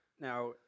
now